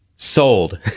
Sold